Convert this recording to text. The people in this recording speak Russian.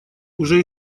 уже